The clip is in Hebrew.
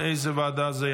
אושרה בקריאה הטרומית,